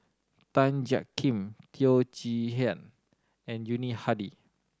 Tan Jiak Kim Teo Chee Hean and Yuni Hadi